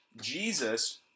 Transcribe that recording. Jesus